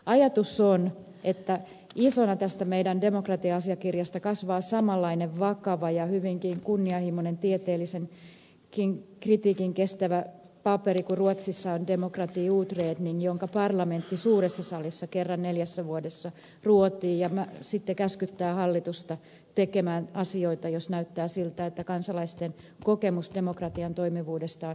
ajatus on että isona tästä meidän demokratia asiakirjastamme kasvaa samanlainen vakava ja hyvinkin kunnianhimoinen tieteellisenkin kritiikin kestävä paperi kuin ruotsissa on demokratiutredning jonka parlamentti suuressa salissa kerran neljässä vuodessa ruotii ja jonka jälkeen se sitten käskyttää hallitusta tekemään asioita jos näyttää siltä että kansalaisten kokemuksen mukaan demokratian toimivuus on heikentynyt